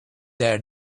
their